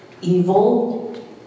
evil